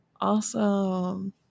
Awesome